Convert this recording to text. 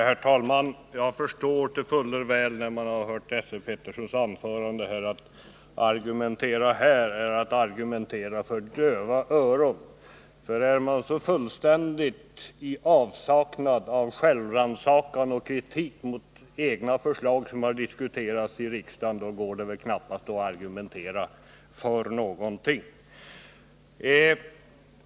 Herr talman! Sedan jag hört Esse Peterssons anförande förstår jag fuller väl att det är att argumentera för döva öron att argumentera här. Är man så fullständigt i avsaknad av självrannsakan och kritik mot egna förslag som har diskuterats i riksdagen som Esse Petersson är, då går det knappast att argumentera för någonting annat.